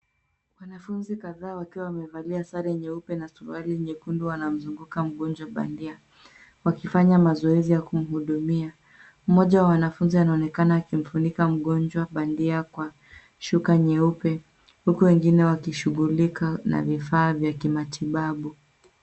Wanafunzi kadhaa wakiwa wamevalia sare nyeupe na suruali nyekundu wanamzunguka mgojwa bandia, wakifamya mazoezi ya kumuhudumia, mmoja wa wanafunzi anaonekana akimfunika mgonjwa bandia kwa shuka nyeupe, huku wengine wakishugulika na vifaa vya kimatibabu.